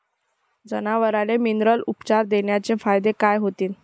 जनावराले मिनरल उपचार देण्याचे फायदे काय होतीन?